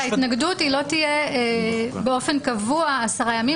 ההתנגדות לא תהיה באופן קבוע עשרה ימים,